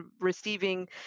receiving